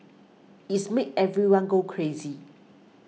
it's made everyone go crazy